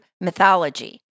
mythology